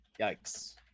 yikes